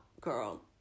girl